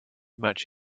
much